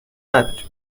نداریم